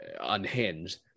unhinged